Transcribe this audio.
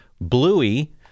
Bluey